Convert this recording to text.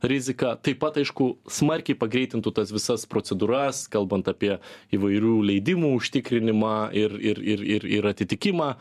riziką taip pat aišku smarkiai pagreitintų tas visas procedūras kalbant apie įvairių leidimų užtikrinimą ir ir ir ir ir atitikimą